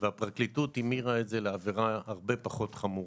והפרקליטות המירה את זה לעבירה הרבה פחות חמורה.